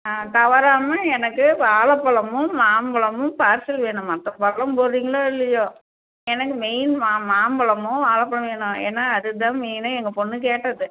ஆ தவறாமல் எனக்கு வாழைப்பலமும் மாம்பழமும் பார்சல் வேணும் மற்ற பழம் போடுறிங்களோ இல்லையோ எனக்கு மெயின் மா மாம்பழமும் வாழைப்பலம் வேணும் ஏன்னா அதுதான் மெயினு எங்கள் பொண்ணு கேட்டது